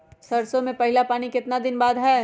सरसों में पहला पानी कितने दिन बाद है?